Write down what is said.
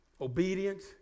Obedience